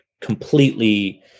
completely